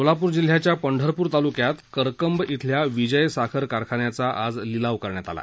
सोलापूर जिल्ह्यातल्या पंढरपूर तालुक्यात करकंब इथल्या विजय साखर कारखान्याचा आज लिलाव करण्यात आला